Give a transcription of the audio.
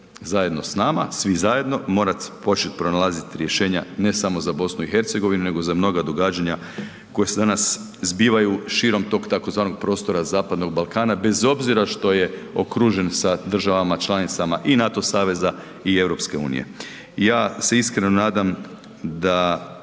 zajedno s nama, svi zajedno, morat počet pronalazit rješenja ne samo za BiH, nego za mnoga događanja koja se danas zbivaju širom tog tzv. prostora Zapadnog Balkana bez obzira što je okružen sa državama članica i NATO saveza i EU. Ja se iskreno nadam da